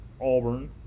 Auburn